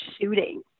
shooting